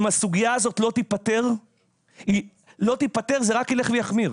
אם הסוגיה הזאת לא תיפתר זה רק ילך ויחמיר,